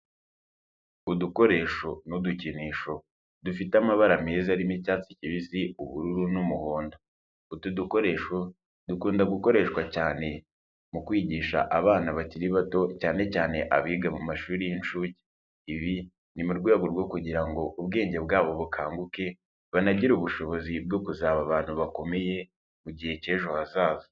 Udukoresho n'udukinisho dufite amabara meza arimo icyatsi kibisi, ubururu n'umuhondo. Utu dukoresho dukunda gukoreshwa cyane mu kwigisha abana bakiri bato cyane cyane abiga mu mashuri y'inshuke. Ibi ni mu rwego rwo kugira ngo ubwenge bwabo bukanguke banagire ubushobozi bwo kuzaba abantu bakomeye mu gihe cy'ejo hazaza.